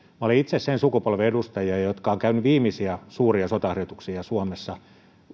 olen itse sen sukupolven edustajia jotka ovat käyneet viimeisiä suuria sotaharjoituksia suomessa